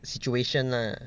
situation lah